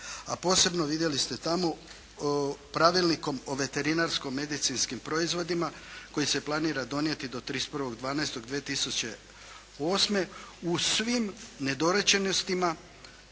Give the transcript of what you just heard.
a posebno vidjeli ste tamo pravilnikom o veterinarsko-medicinskim proizvodima koji se planira donijeti do 31. 12. 2008. u svim nedorečenostima